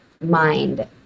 mind